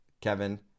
Kevin